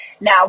Now